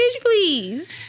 please